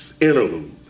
interlude